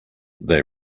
they